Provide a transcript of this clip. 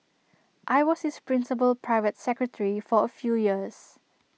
I was his principal private secretary for A few years